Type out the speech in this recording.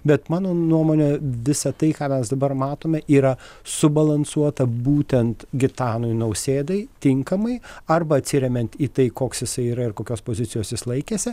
bet mano nuomone visa tai ką mes dabar matome yra subalansuota būtent gitanui nausėdai tinkamai arba atsiremiant į tai koks jisai yra ir kokios pozicijos jis laikėsi